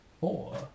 four